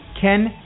Ken